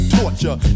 torture